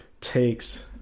takes